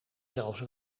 zelfs